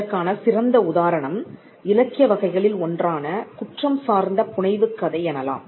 இதற்கான சிறந்த உதாரணம் இலக்கிய வகைகளில் ஒன்றான குற்றம் சார்ந்த புனைவுக் கதை எனலாம்